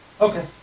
okay